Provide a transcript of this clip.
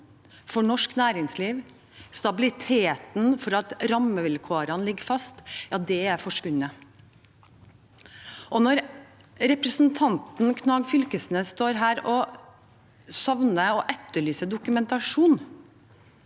for norsk næringsliv, stabiliteten for at rammevilkårene ligger fast, er forsvunnet. Representanten Knag Fylkesnes står her og savner og etterlyser dokumentasjon